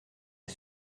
est